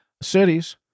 Cities